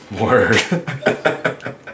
Word